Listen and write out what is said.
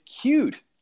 cute